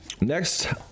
next